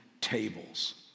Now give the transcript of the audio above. tables